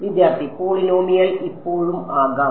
വിദ്യാർത്ഥി പോളിനോമിയൽ ഇപ്പോഴും ആകാം